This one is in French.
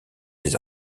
des